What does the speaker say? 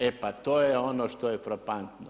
E pa to je, ono što je frapantno.